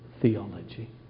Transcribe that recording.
theology